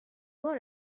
بار